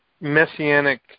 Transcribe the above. Messianic